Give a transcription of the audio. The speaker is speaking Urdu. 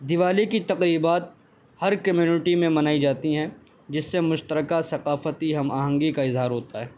دیوالی کی تقریبات ہر کمیونٹی میں منائی جاتی ہیں جس سے مشترکہ ثقافتی ہم آہنگی کا اظہار ہوتا ہے